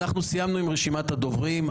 אנחנו סיימנו עם רשימת הדוברים,